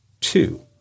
Two